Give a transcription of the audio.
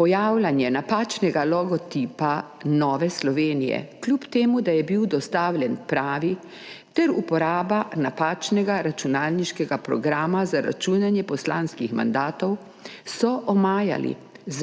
Pojavljanje napačnega logotipa Nove Slovenije kljub temu, da je bil dostavljen pravi, ter uporaba napačnega računalniškega programa za računanje poslanskih mandatov so omajali